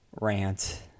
rant